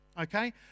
Okay